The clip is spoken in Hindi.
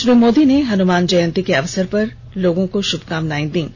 श्री मोदी ने हनुमान जयंती के अवसर पर लोगों को शुभकामनाएं दी हैं